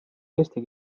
eesti